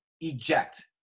eject